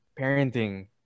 Parenting